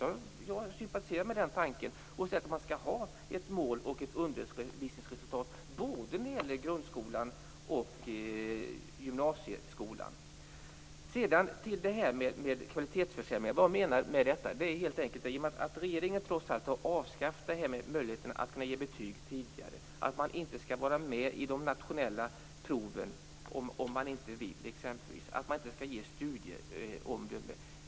Jag sympatiserar med den tanken och menar att man borde ha ett mål och ett undervisningsresultat både för grundskolan och för gymnasieskolan. Vad menar jag då med kvalitetsförsämringar? Regeringen har avskaffat möjligheten att ge betyg tidigare, gjort det möjligt för skolor att slippa vara med i de nationella proven om de inte vill och sagt att man inte skall ge studieomdömen.